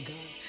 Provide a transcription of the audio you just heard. God